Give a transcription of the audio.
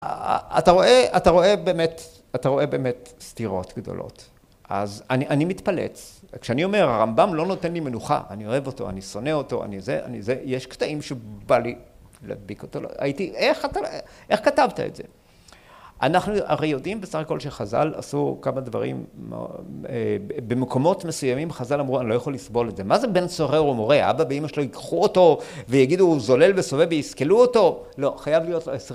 ‫אתה רואה באמת סתירות גדולות. ‫אז אני מתפלץ, כשאני אומר, ‫הרמב״ם לא נותן לי מנוחה. ‫אני אוהב אותו, אני שונא אותו, אני זה אני זה, ‫יש קטעים שבא לי להדביק אותו. ‫איך כתבת את זה? ‫אנחנו הרי יודעים, בסך כל, ‫שחז״ל עשו כמה דברים. ‫במקומות מסוימים חז״ל אמרו, ‫אני לא יכול לסבול את זה. ‫מה זה בן סורר ומורה? ‫האבא ואימא שלו ייקחו אותו ‫ויגידו, הוא זולל וסורר, ‫ויסקלו אותו? ‫לא, חייב להיות עשרי...